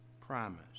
promise